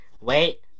Wait